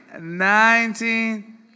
nineteen